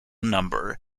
number